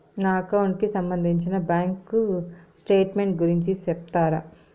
నా అకౌంట్ కి సంబంధించి బ్యాంకు స్టేట్మెంట్ గురించి సెప్తారా